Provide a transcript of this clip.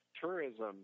tourism